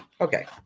Okay